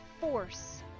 force